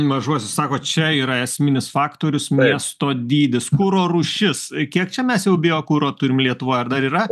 mažuosius sakot čia yra esminis faktorius miesto dydis kuro rūšis kiek čia mes jau biokuro turim lietuvoj ar dar yra